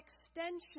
extension